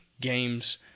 games